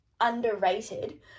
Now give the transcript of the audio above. underrated